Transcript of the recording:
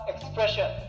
expression